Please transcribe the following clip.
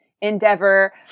endeavor